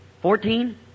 Fourteen